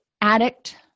addict